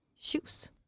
shoes